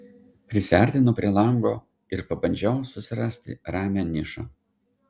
prisiartinau prie lango ir pabandžiau susirasti ramią nišą